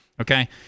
okay